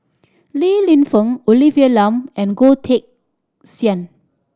Li Lienfung Olivia Lum and Goh Teck Sian